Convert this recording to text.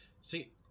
See